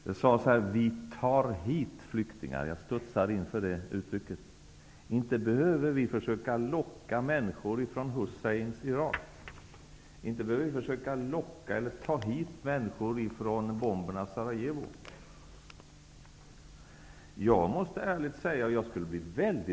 Jag studsar inför uttryck som att ''vi tar hit flyktingar''. Inte behöver vi försöka locka hit människor från Husseins Irak. Inte behöver vi försöka locka eller ''ta hit'' människor från bombernas Sarajevo.